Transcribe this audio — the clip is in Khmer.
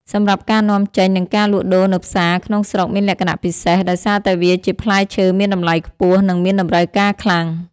សម្រាប់ការនាំចេញនិងការលក់ដូរនៅផ្សារក្នុងស្រុកមានលក្ខណៈពិសេស ដោយសារតែវាជាផ្លែឈើមានតម្លៃខ្ពស់ និងមានតម្រូវការខ្លាំង។